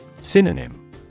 Synonym